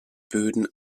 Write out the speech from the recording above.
böden